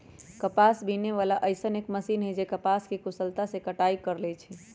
कपास बीने वाला अइसन एक मशीन है जे कपास के कुशलता से कटाई कर लेई छई